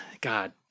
God